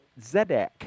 Zedek